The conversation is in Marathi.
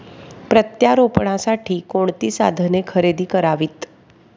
प्रत्यारोपणासाठी कोणती साधने खरेदी करावीत?